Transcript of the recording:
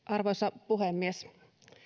arvoisa puhemies